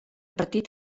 partit